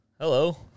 hello